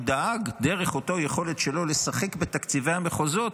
הוא דאג דרך אותה יכולת שלו לשחק בתקציבי המחוזות,